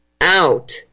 out